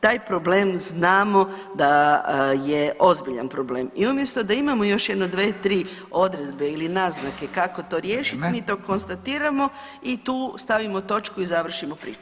Taj problem znamo da je ozbiljan problem i umjesto da imamo još jedno 2, 3 odredbe ili naznake kako to riješiti, mi to konstatiramo i tu stavimo točku i završimo priču.